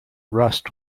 rust